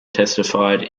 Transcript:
testified